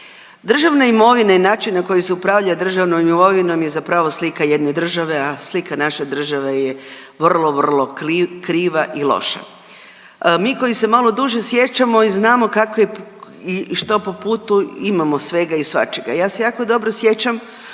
Državne imovine i način na koji se upravlja državnom imovinom je zapravo slika jedne države, a slika naše države je vrlo, vrlo kriva i loša. Mi koji se malo duže sjećamo i znamo kako je i što po putu imamo svega i svačega. Ja se jako dobro sjećam